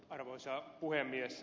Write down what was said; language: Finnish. arvoisa puhemies